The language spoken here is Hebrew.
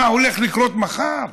מה הולך לקרות מחר?